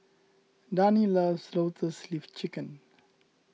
Dani loves Lotus Leaf Chicken